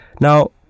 Now